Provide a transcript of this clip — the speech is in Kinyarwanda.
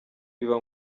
biba